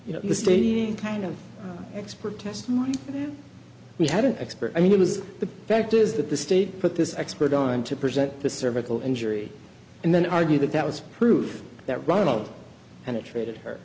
in the stadium kind of expert testimony we had an expert i mean it was the fact is that the state put this expert on to present the cervical injury and then argue that that was proof that ronald and it treated her